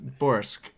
Borsk